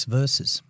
verses